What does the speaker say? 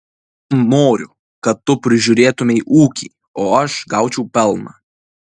noriu kad tu prižiūrėtumei ūkį o aš gaučiau pelną